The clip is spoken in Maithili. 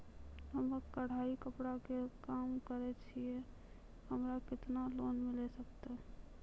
हम्मे कढ़ाई कपड़ा के काम करे छियै, हमरा केतना लोन मिले सकते?